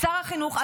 שר החינוך,